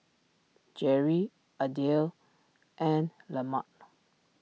Jerri Adele and lemak